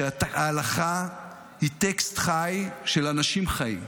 שההלכה היא טקסט חי של אנשים חיים.